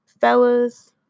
Fellas